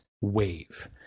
wave